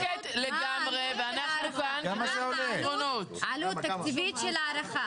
את צודקת לגמרי ואנחנו כאן כדי --- מה העלות התקציבית של ההערכה?